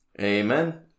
Amen